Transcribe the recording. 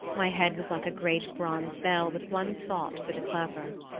my head was like a great bronze bell with one thought for the clapper.